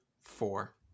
Four